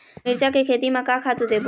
मिरचा के खेती म का खातू देबो?